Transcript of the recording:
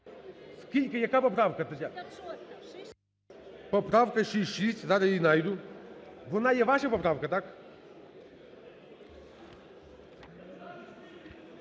Скільки, яка поправка? Поправка 66, зараз я її знайду. Вона є ваша поправка, так?